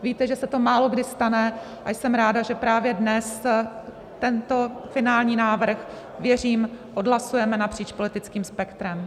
Víte, že se to málokdy stane, a jsem ráda, že právě dnes tento finální návrh věřím odhlasujeme napříč politickým spektrem.